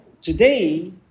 today